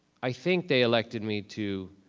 i think they elected me to